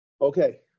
Okay